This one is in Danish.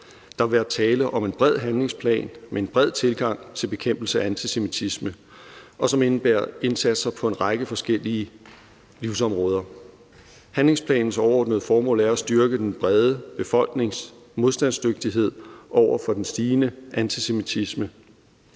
Der vil være tale om en bred handlingsplan med en bred tilgang til bekæmpelse af antisemitisme, en plan, som indebærer indsatser på en række forskellige livsområder. Handlingsplanens overordnede formål er at styrke den brede befolknings modstandsdygtighed over for den stigende antisemitisme.